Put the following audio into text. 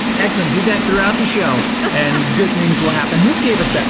excellent. do that throughout the show and good things will happen. who gave us that